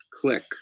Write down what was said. click